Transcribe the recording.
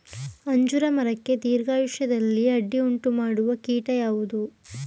ಅಂಜೂರ ಮರಕ್ಕೆ ದೀರ್ಘಾಯುಷ್ಯದಲ್ಲಿ ಅಡ್ಡಿ ಉಂಟು ಮಾಡುವ ಕೀಟ ಯಾವುದು?